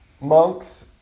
Monks